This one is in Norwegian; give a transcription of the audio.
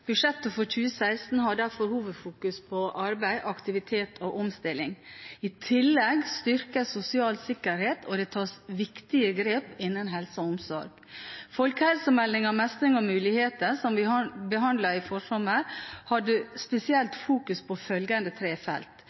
Budsjettet for 2016 legger derfor hovedvekten på arbeid, aktivitet og omstilling. I tillegg styrkes sosial sikkerhet, og det tas viktige grep innen helse og omsorg. Folkehelsemeldingen «Mestring og muligheter», som vi behandlet på forsommeren, fokuserte spesielt på følgende tre felt: